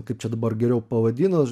kaip čia dabar geriau pavadinus